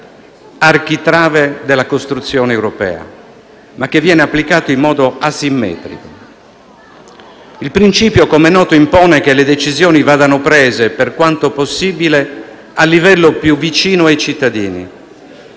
Il principio, come è noto impone, che le decisioni vadano prese, per quanto possibile, al livello più vicino ai cittadini.